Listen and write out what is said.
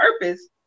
purpose